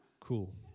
Cool